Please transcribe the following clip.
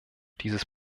dieses